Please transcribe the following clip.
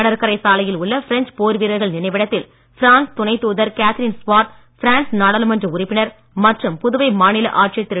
கடற்கரை சாலையில் உள்ள பிரெஞ்ச் போர்வீரர்கள் நினைவிடத்தில் பிரான்ஸ் துணைத் தூதர் கேத்ரின் ஸ்வாட் பிரான்ஸ் நாடாளுமன்ற உறுப்பினர் மற்றும் புதுவை மாநில ஆட்சியர் திரு